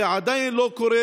זה עדיין לא קורה.